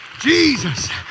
Jesus